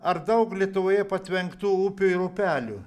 ar daug lietuvoje patvenktų upių i upelių